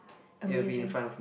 amazing